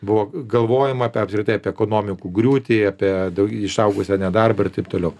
buvo galvojama apie apskritai apie ekonomikų griūtį apie išaugusią nedarbą ir taip toliau